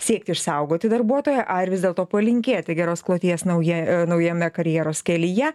siekti išsaugoti darbuotoją ar vis dėlto palinkėti geros kloties naujai naujame karjeros kelyje